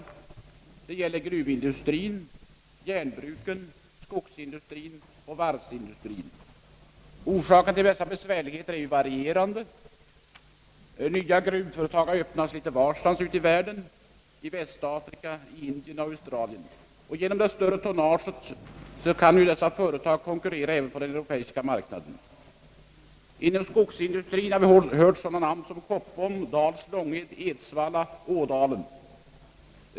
Detta gäller bland annat gruvindustrien, järnbruken, skogsindustrien och varvsindustrien. Orsakerna till dessa besvärligheter är varierande. Nya gruvföretag har öppnats litet varstans ute i världen, bland annat i Västafrika, i Indien och i Australien. Genom sin större kapacitet kan dessa företag konkurrera även på den europeiska marknaden. Inom skogsindustrien har vi i detta sammanhang hört nämnas namn som Koppom, Dals-Långed, Edsvalla och Ådalen.